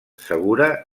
segura